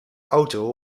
auto